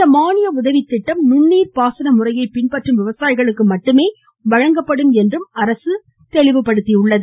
இந்த மானிய உதவித் திட்டம் நுண்ணீர் பாசன முறையை பின்பற்றும் விவசாயிகளுக்கு மட்டுமே வழங்கப்படும் என்றும் அரசு தெரிவித்துள்ளது